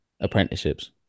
apprenticeships